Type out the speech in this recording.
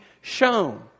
shown